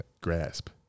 grasp